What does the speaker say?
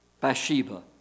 Bathsheba